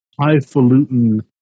highfalutin